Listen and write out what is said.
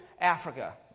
Africa